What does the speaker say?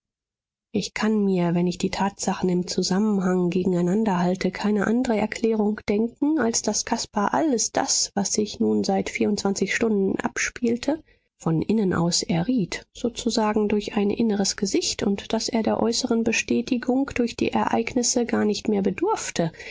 ich kann mir wenn ich die tatsachen im zusammenhang gegeneinander halte keine andre erklärung denken als daß caspar alles das was sich nun seit vierundzwanzig stunden abspielte von innen aus erriet sozusagen durch ein inneres gesicht und daß er der äußeren bestätigung durch die ereignisse gar nicht mehr bedurfte